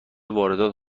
واردات